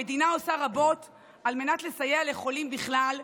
המדינה עושה רבות על מנת לסייע לחולים בכלל,